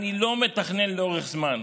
אני לא מתכנן לאורך זמן,